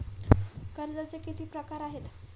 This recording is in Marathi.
कर्जाचे किती प्रकार आहेत?